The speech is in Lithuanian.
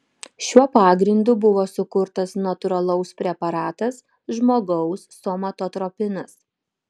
šiuo pagrindu buvo sukurtas natūralaus preparatas žmogaus somatotropinas